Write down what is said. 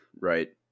right